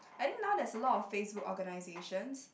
I think now there's a lot of Facebook organisations